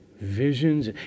visions